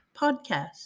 podcast